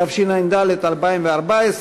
התשע"ד 2014,